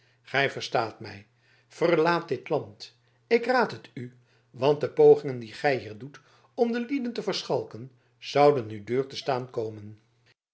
gij verstaat mij verlaat dit land ik raad het u want de pogingen die gij hier doet om de lieden te verschalken zouden u duur te staan komen